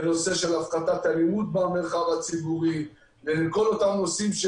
הפחתת אלימות במרחב הציבורי וכל אותם נושאים,